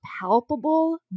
palpable